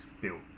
built